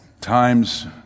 times